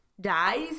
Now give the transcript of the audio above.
dies